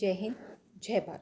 जय हिंद जय भारत